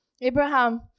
Abraham